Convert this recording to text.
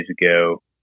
ago